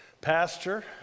pastor